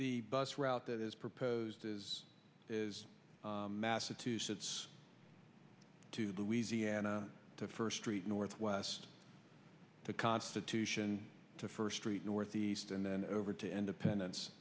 the bus route that is proposed is is massachusetts to do easy and to first street northwest to constitution to first treat northeast and then over to independence